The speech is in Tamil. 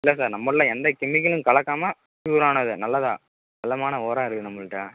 இல்லை சார் நம்மளில் எந்த கெமிக்கலும் கலக்காமல் ப்யூரானது நல்லதாக தரமான உரம் இருக்குது நம்மகிட்ட